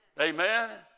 Amen